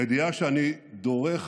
הידיעה שאני דורך